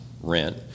rent